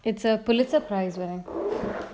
it's a poly suprise wear